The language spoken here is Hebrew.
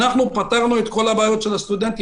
אבל אנחנו פתרנו את כל הבעיות של הסטודנטים.